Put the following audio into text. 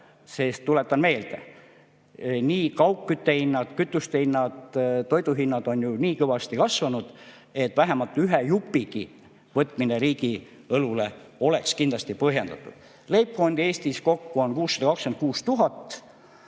teha. Tuletan meelde: kaugküttehinnad, kütuste hinnad ja toiduainete hinnad on nii kõvasti kasvanud, et vähemalt ühe jupi võtmine riigi õlule oleks kindlasti põhjendatud. Leibkondi on Eestis kokku 626 000.